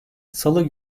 salı